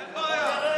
אין בעיה.